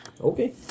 Okay